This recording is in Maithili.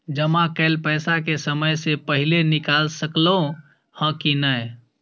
जमा कैल पैसा के समय से पहिले निकाल सकलौं ह की नय?